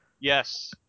Yes